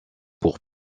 pour